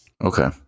Okay